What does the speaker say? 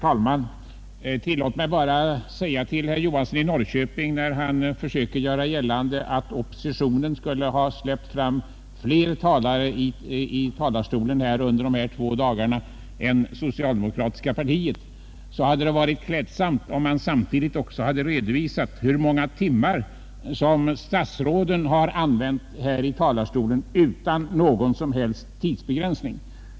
Herr talman! Låt mig säga några få ord till herr Johansson i Norrköping. Herr Johansson försökte göra gällande att oppositionen släppt fram fler talare i talarstolen under dessa två dagar än socialdemokratiska partiet. Det hade varit klädsamt om han samtidigt redovisat hur många timmar stadsråden använt här i talarstolen utan någon som helst tidsbegränsning.